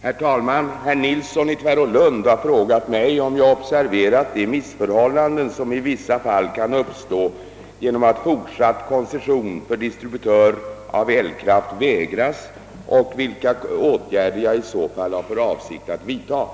Herr talman! Herr Nilsson i Tvärålund har frågat mig, om jag observerat de missförhållanden, som i vissa fall kan uppstå genom att fortsatt koncession för distributör av elkraft vägras, och vilka åtgärder jag i så fall har för avsikt att vidtaga.